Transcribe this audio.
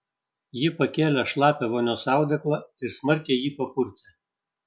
ji pakėlė šlapią vonios audeklą ir smarkiai jį papurtė